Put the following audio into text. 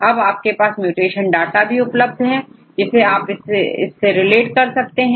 अब आपके पास म्यूटेशन डाटा भी उपलब्ध है जिससे आप इसे रिलेट कर सकते हैं